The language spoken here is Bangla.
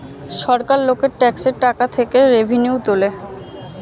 সরকার লোকের ট্যাক্সের টাকা থেকে রেভিনিউ তোলে